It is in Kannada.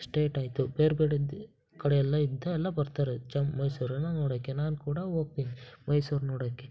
ಸ್ಟೇಟ್ ಆಯಿತು ಬೇರೆ ಬೇರೆ ಕಡೆಯೆಲ್ಲ ಇದ್ದ ಎಲ್ಲಾ ಬರ್ತಾರೆ ಚಂ ಮೈಸೂರನ್ನ ನೋಡೋಕ್ಕೆ ನಾನೂ ಕೂಡ ಹೋಗ್ತೀನಿ ಮೈಸೂರು ನೋಡೋಕ್ಕೆ